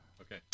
Okay